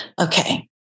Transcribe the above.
Okay